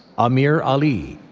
amir ali,